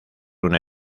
una